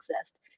exist